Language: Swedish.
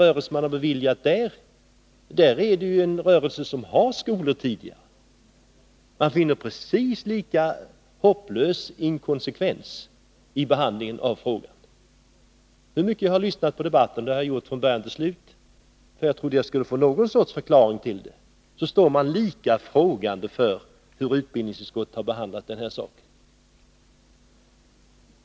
I det andra fallet gäller det en rörelse som redan har skolor. Det är en hopplös inkonsekvens i behandlingen av frågan. Hur mycket jag än lyssnat till debatten — och det har jag gjort hela tiden från början, därför att jag trodde att jag skulle få någon sorts förklaring — står jag lika frågande inför hur utbildningsutskottet har behandlat denna fråga.